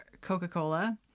Coca-Cola